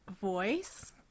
voice